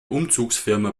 umzugsfirma